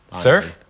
Sir